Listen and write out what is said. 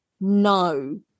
No